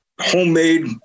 homemade